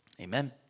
Amen